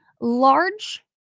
large